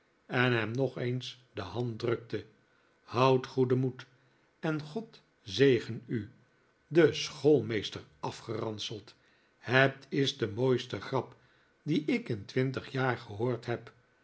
en hem nog eens de hand drukte houd goeden moed en god zegen u den schoolmeester afgeranseld het is de mooiste grap die ik in twintig jaar gehoord heb